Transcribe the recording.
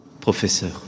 professeur